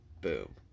boom